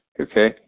Okay